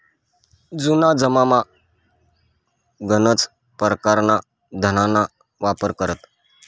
जुना जमानामा गनच परकारना धनना वापर करेत